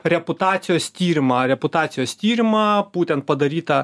reputacijos tyrimą reputacijos tyrimą būtent padarytą